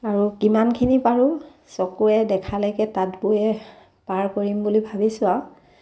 আৰু কিমানখিনি পাৰোঁ চকুৱে দেখালৈকে তাঁত বৈ পাৰ কৰিম বুলি ভাবিছোঁ আৰু